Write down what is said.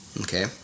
okay